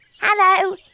Hello